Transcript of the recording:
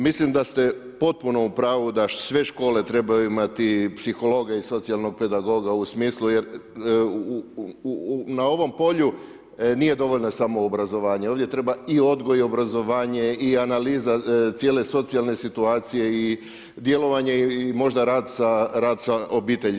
Mislim da ste potpuno u pravu da sve škole trebaju imati psihologa i socijalnog pedagoga u smislu jer na ovom polju nije dovoljno samoobrazovanje, ovdje treba i odgoj i obrazovanje i analiza cijele socijalne situacije i djelovanje i možda rad sa obitelji.